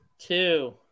Two